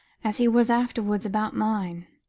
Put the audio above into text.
as he was afterwards about mine.